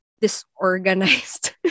Disorganized